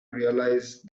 realize